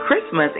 Christmas